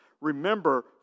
Remember